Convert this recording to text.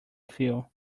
feel